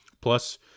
Plus